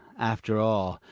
after all,